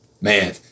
man